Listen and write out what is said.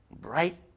bright